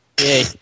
Yay